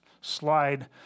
slide